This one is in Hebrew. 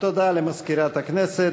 למזכירת הכנסת.